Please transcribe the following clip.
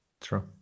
true